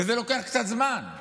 וזה לוקח קצת זמן.